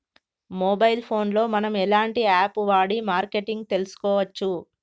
Mobile phone లో మనం ఎలాంటి యాప్ వాడి మార్కెటింగ్ తెలుసుకోవచ్చు?